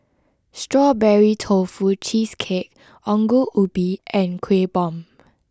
Strawberry Tofu Cheesecake Ongol Ubi and Kueh Bom